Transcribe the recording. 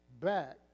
back